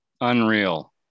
unreal